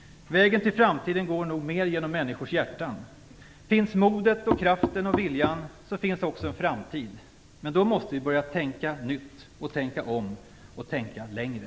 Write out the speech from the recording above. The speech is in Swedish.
Vägen till framtiden går nog mer genom människors hjärtan. Finns modet, kraften och viljan finns det också en framtid. Men då måste vi börja tänka nytt och tänka om och tänka längre.